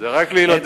זה רק לילדים.